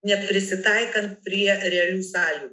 neprisitaikant prie realių sąlygų